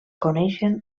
coneixen